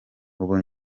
ubu